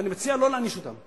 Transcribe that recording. ואני מציע לא להעניש אותם.